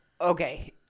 okay